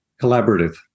Collaborative